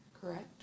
correct